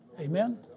Amen